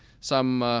some,